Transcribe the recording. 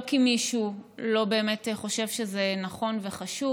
לא כי מישהו לא באמת חושב שזה נכון וחשוב